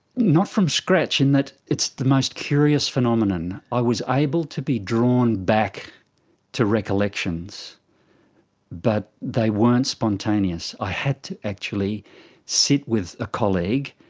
not from scratch. and it's the most curious phenomenon, i was able to be drawn back to recollections but they weren't spontaneous. i had to actually sit with a colleague,